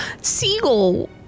seagull